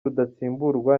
rudatsimburwa